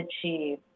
achieve